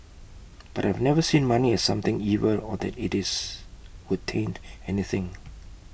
but I've never seen money as something evil or that IT is would taint anything